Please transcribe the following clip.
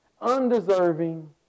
undeserving